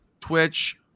Twitch